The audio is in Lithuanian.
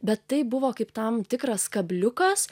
bet tai buvo kaip tam tikras kabliukas